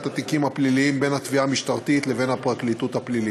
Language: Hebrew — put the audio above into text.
התיקים הפליליים בין התביעה המשטרתית לבין הפרקליטות הפלילית.